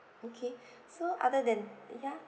okay so other than ya